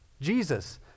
Jesus